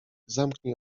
zamknij